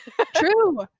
true